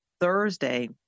Thursday